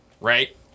right